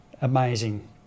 amazing